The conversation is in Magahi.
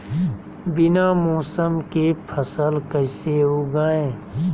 बिना मौसम के फसल कैसे उगाएं?